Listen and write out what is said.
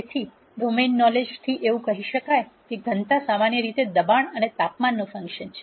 તેથી domain knowledge થી એવું કહી શકાય કે ઘનતા સામાન્ય રીતે દબાણ અને તાપમાનનું ફંક્શન છે